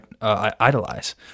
idolize